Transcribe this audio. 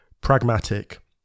pragmatic